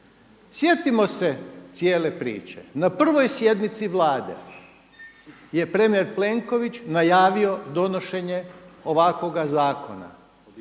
Sjetimo se cijele priče, na prvoj sjednici Vlade je premijer Plenković najavio donošenje ovakvoga zakona